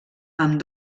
amb